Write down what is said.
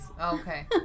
Okay